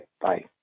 Bye